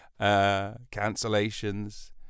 cancellations